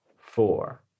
four